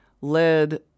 led